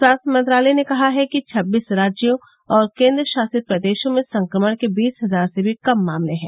स्वास्थ्य मंत्रालय ने कहा है कि छब्बीस राज्यों और केन्द्रशासित प्रदेशों में संक्रमण के बीस हजार से भी कम मामले हैं